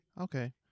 Okay